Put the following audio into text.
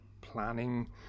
planning